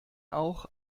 auch